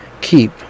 keep